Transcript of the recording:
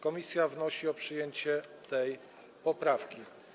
Komisja wnosi o przyjęcie tej poprawki.